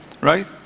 right